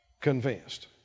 convinced